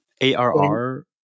ARR